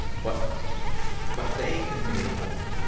but but they had made a home.